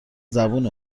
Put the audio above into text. زبون